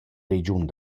regiun